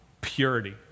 purity